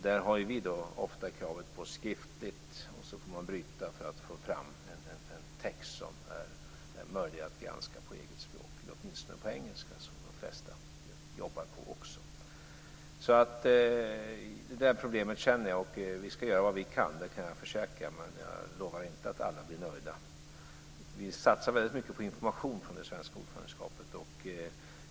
Vi har ofta krav på ett skriftligt underlag, och så får man bryta för att få fram en text som är möjlig att granska på eget språk, eller åtminstone på engelska som de flesta ju arbetar med. Jag känner till problemet. Vi ska göra vad vi kan. Det kan jag försäkra. Men jag lovar inte att alla blir nöjda. Vi satsar mycket på information från det svenska ordförandeskapet.